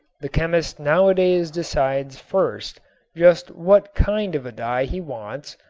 the chemist nowadays decides first just what kind of a dye he wants,